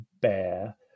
Bear